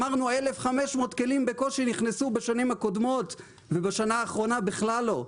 בקושי 1,500 כלים נכנסו בשנים הקודמות ובשנה האחרונה בכלל לא.